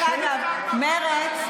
דרך אגב, מרצ,